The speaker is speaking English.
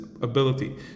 Ability